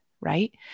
right